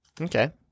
Okay